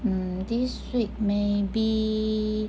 mm this week maybe